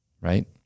Right